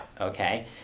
okay